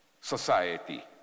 society